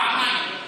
פעמיים,